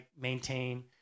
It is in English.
maintain